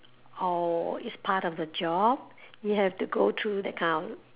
or it's part of the job you have to go through that kind of